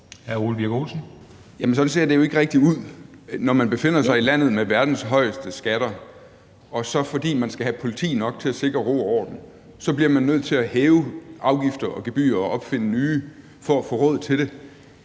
sådan ser det jo ikke rigtig ud. Man befinder sig i landet med verdens højeste skatter, og fordi man skal have politi nok til at sikre ro og orden, bliver man nødt til at hæve afgifter og gebyrer og opfinde nye for at få råd til det.